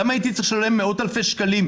למה הייתי צריך לשלם מאות אלפי שקלים,